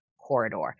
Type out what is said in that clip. corridor